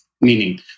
meaning